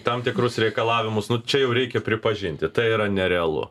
tam tikrus reikalavimus nu čia jau reikia pripažinti tai yra nerealu